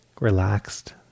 relaxed